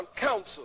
Council